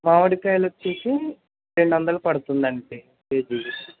మామిడి కాయలు వచ్చేసి రెండొందలు పడుతుంది అండి కేజీ